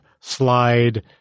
slide